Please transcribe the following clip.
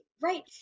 right